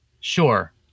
sure